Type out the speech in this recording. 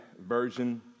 Version